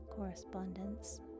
Correspondence